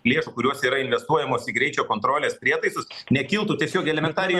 lėšų kurios yra investuojamos į greičio kontrolės prietaisus nekiltų tiesiog elementariai